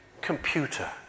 computer